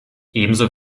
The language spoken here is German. ebenso